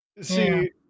See